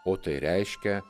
o tai reiškia